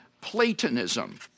Platonism